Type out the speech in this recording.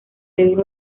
deben